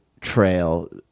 trail